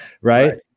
right